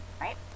right